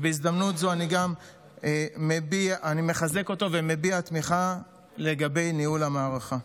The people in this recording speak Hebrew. בהזדמנות ז אני מחזק אותו ומביע תמיכה לגבי ניהול המערכה.